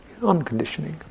Unconditioning